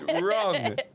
Wrong